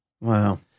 Wow